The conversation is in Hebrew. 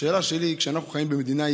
השאלה שלי: כשאנחנו חיים במדינה יהודית,